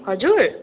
हजुर